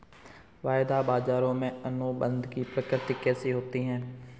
वायदा बाजारों में अनुबंध की प्रकृति कैसी होती है?